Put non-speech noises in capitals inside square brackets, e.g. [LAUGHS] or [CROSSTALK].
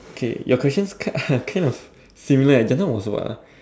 okay your questions kind [LAUGHS] are kind of similar just now was what ah